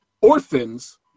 orphans